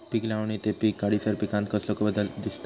पीक लावणी ते पीक काढीसर पिकांत कसलो बदल दिसता?